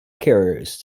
carriers